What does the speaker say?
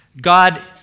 God